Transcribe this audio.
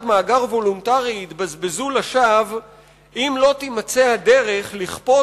מאגר וולונטרי יתבזבזו לשווא אם לא תימצא הדרך לכפות